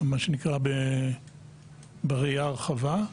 מה שנקרא בראייה הרחבה,